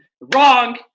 Wrong